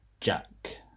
Jack